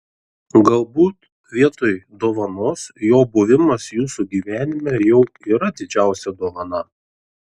galbūt vietoj dovanos jo buvimas jūsų gyvenime jau yra didžiausia dovana